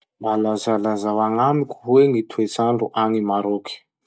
Mba lazalazao agnamiko hoe gny toetsandro agny Maroc?